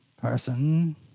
person